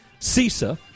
CISA